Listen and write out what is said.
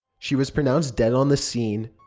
she was pronounced dead on the scene.